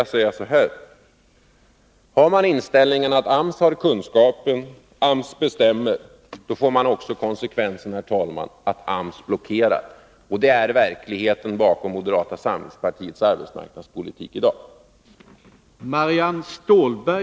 Har man som socialdemokraterna inställningen att AMS har kunskapen och bestämmer, får man också konsekvensen, herr talman, att AMS blockerar. Det är en av realiteterna som styr moderata samlingspartiets arbetsmarknadspolitik i dag.